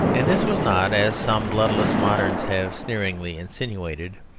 and this was not, as some bloodless moderns have sneeringly insinuated,